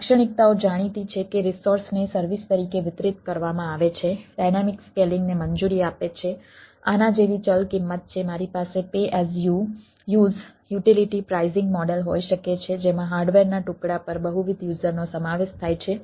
લાક્ષણિકતાઓ જાણીતી છે કે રિસોર્સને સર્વિસ તરીકે વિતરિત કરવામાં આવે છે ડાઈનેમિક સ્કેલિંગ હોય શકે છે જેમાં હાર્ડવેરના ટુકડા પર બહુવિધ યુઝરનો સમાવેશ થાય છે